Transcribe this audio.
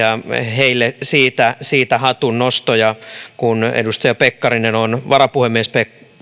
heille siitä siitä hatunnosto ja kun edustaja pekkarinen on varapuhemies